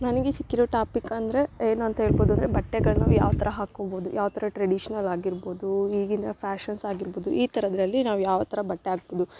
ನನಗೆ ಸಿಕ್ಕಿರೋ ಟಾಪಿಕ್ ಅಂದರೆ ಏನು ಅಂತ ಹೇಳ್ಬೌದು ಅಂದರೆ ಬಟ್ಟೆಗಳು ನಾವು ಯಾವ ಥರ ಹಾಕ್ಕೊಬೋದು ಯಾವ ಥರ ಟ್ರೆಡಿಷ್ನಲ್ ಆಗಿರ್ಬೋದು ಈಗಿನ ಫ್ಯಾಶನ್ಸ್ ಆಗಿರ್ಬೋದು ಈ ಥರದ್ರಲ್ಲಿ ನಾವು ಯಾವ ಥರ ಬಟ್ಟೆ ಹಾಕ್ಬೋದು